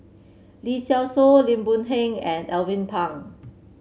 Lee Seow Ser Lim Boon Heng and Alvin Pang